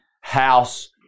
house